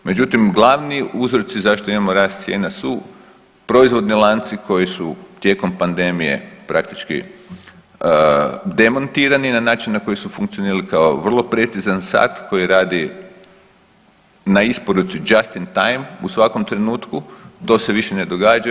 Međutim, glavni uzroci zašto imamo rast cijena su proizvodni lanci koji su tijekom pandemije praktički demontirani na način na koji su funkcionirali kao vrlo precizan sat koji radi na isporuci just in time u svakom trenutku, to se više ne događa.